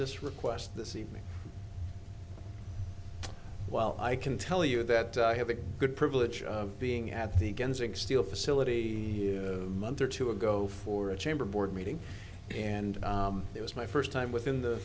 this request this evening while i can tell you that i have a good privilege of being at the steel facility month or two ago for a chamber board meeting and it was my first time within the